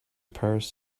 paris